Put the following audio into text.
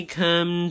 come